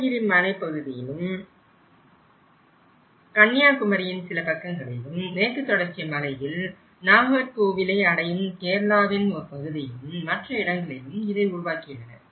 நீலகிரி மலைப்பகுதியிலும் கன்னியாகுமரியின் சில பக்கங்களிலும் மேற்கு தொடர்ச்சி மலையில் நாகர்கோவிலை அடையும் கேரளாவின் ஒரு பகுதியிலும் மற்ற இடங்களிலும் இதை உருவாக்கியுள்ளனர்